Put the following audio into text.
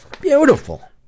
Beautiful